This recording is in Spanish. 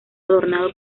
adornado